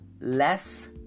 less